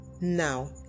now